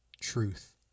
truth